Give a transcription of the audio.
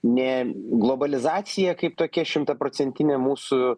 ne globalizacija kaip tokia šimtaprocentinė mūsų